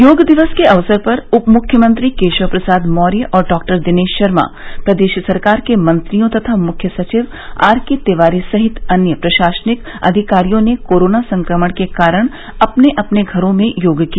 योग दिवस के अवसर पर उपमुख्यमंत्री केशव प्रसाद मौर्य और डॉक्टर दिनेश शर्मा प्रदेश सरकार के मंत्रियों तथा मुख्य सचिव आरकेतिवारी सहित अन्य प्रशासनिक अधिकारियों ने कोरोना संकमण के कारण अपने अपने घरों में योग किया